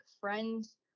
friends